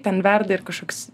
ten verda ir kažkoks